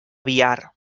biar